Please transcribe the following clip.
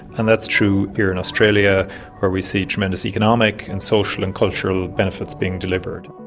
and that's true here in australia where we see tremendous economic and social and cultural benefits being delivered.